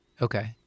Okay